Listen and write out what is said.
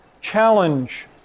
challenge